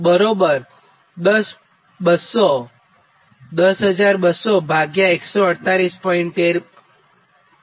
તો C મળે